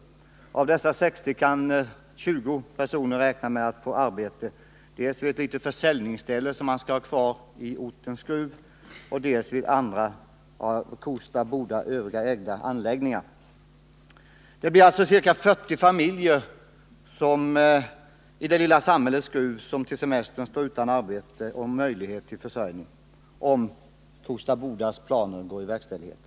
Av dessa 60 kan 20 personer räkna med att få arbete dels vid ett litet försäljningsställe som man skall ha kvar i orten Skruv, dels vid andra Kosta Boda-ägda anläggningar. Det blir alltså ca 40 familjer i det lilla samhället Skruv som till semestern står utan arbete och möjlighet till försörjning, om Kosta Bodas planer går i verkställighet.